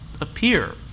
appear